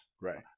Right